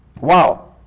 Wow